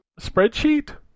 spreadsheet